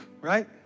right